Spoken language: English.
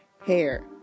hair